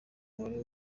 wari